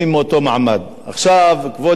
עכשיו, כבוד יושב-ראש ועדת הכנסת,